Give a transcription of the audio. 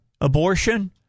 abortion